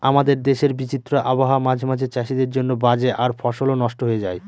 আমাদের দেশের বিচিত্র আবহাওয়া মাঝে মাঝে চাষীদের জন্য বাজে আর ফসলও নস্ট হয়ে যায়